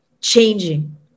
changing